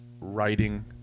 writing